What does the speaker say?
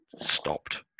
stopped